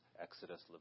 Exodus